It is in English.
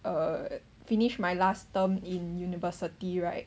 uh finished my last term in university right